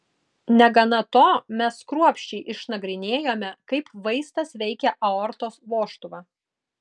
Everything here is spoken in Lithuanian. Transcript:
negana to mes kruopščiai išnagrinėjome kaip vaistas veikia aortos vožtuvą